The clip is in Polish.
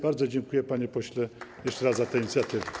Bardzo dziękuję, panie pośle, jeszcze raz za tę inicjatywę.